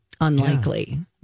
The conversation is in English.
unlikely